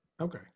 Okay